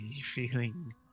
feeling